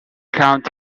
count